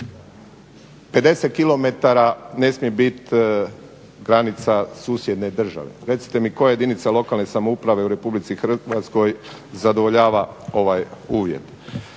50 km ne smije biti granica susjedne države. Recite mi koja jedinica lokalne samouprave u RH zadovoljava ovaj uvjet?